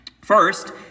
First